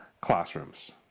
classrooms